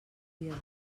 dies